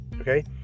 Okay